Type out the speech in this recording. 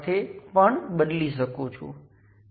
તમારી પાસે G parameter છે